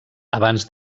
abans